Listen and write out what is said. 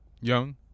young